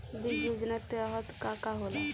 बीज योजना के तहत का का होला?